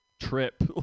trip